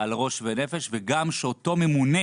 על ראש ונפש, וגם שאותו ממונה